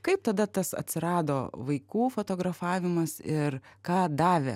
kaip tada tas atsirado vaikų fotografavimas ir ką davė